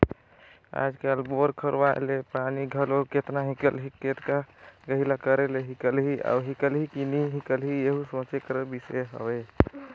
आएज काएल बोर करवाए ले पानी घलो केतना हिकलही, कतेक गहिल करे ले हिकलही अउ हिकलही कि नी हिकलही एहू सोचे कर बिसे हवे